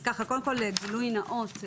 קודם כל גילוי נאות,